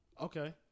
Okay